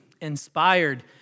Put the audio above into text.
inspired